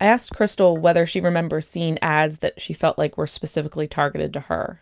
i asked krystal whether she remembers seeing ads that she felt like were specifically targeted to her